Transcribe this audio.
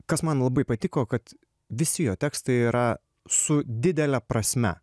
kas man labai patiko kad visi jo tekstai yra su didele prasme